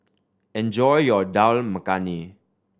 enjoy your Dal Makhani